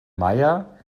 meier